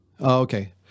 Okay